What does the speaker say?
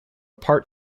part